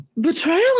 betrayal